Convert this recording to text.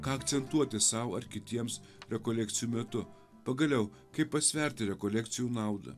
ką akcentuoti sau ar kitiems rekolekcijų metu pagaliau kaip pasverti rekolekcijų naudą